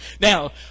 Now